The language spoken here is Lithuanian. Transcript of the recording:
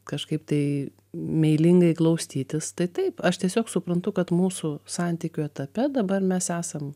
kažkaip tai meilingai glaustytis tai taip aš tiesiog suprantu kad mūsų santykių etape dabar mes esam